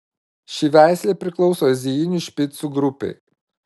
ši veislė priklauso azijinių špicų grupei